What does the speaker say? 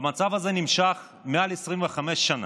והמצב הזה נמשך מעל 25 שנה.